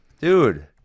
Dude